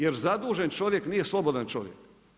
Jer zadužen čovjek nije slobodan čovjek.